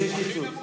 הוא הכי נמוך.